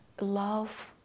love